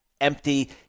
empty